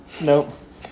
Nope